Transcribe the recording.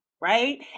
right